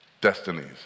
destinies